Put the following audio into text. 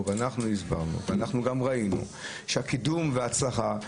וגם אנחנו הסברנו וראינו הצלחה גדולה.